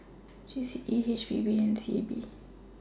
G C E H P B and S E A B